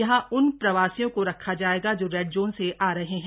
यहां उन प्रवासियों को रखा जाएगा जो रेड जोन से आ रहे हैं